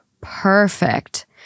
perfect